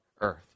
earth